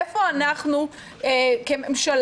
איפה אנחנו כממשלה,